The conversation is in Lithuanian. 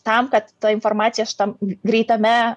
tam kad ta informacija šitam greitame